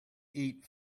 eat